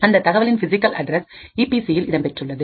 அந்த தகவலின் physical address EP C இல் இடம்பெற்றுள்ளது